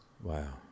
wow